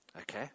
okay